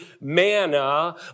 manna